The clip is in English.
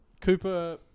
Cooper